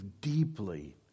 deeply